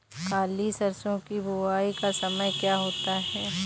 काली सरसो की बुवाई का समय क्या होता है?